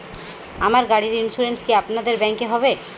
আমার গাড়ির ইন্সুরেন্স কি আপনাদের ব্যাংক এ হবে?